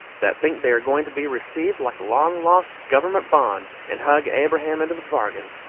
that think they are going to be received like a long-lost government bond, and hug abraham into the bargain.